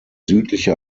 südliche